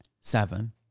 Seven